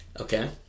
okay